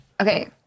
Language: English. Okay